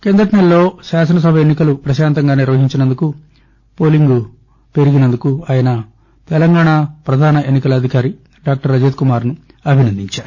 కిందటి నెలలో శాసనసభ ఎన్నికలను ప్రపశాంతంగా నిర్వహించినందుకు పోలింగ్ పెరిగినందుకు ఆయన తెలంగాణ ప్రధాన ఎన్నికల అధికారి డాక్టర్ రజత్కుమార్ను అభినందించారు